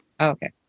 Okay